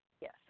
yes